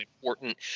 important